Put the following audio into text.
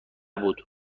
بود